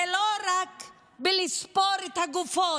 זה לא רק לספור את הגופות,